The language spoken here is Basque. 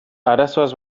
arazoaz